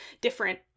different